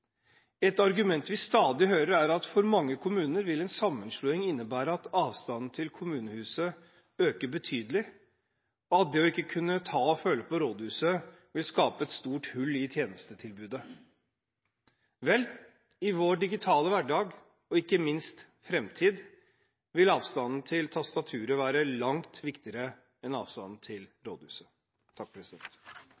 Et argument vi stadig hører, er at for mange kommuner vil en sammenslåing innebære at avstanden til kommunehuset øker betydelig, og det at en ikke kan ta og føle på rådhuset vil skape et stort hull i tjenestetilbudet. Vel, i vår digitale hverdag og ikke minst framtid vil avstanden til tastaturet være langt viktigere enn avstanden til